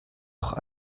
auch